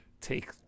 take